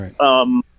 Right